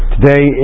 Today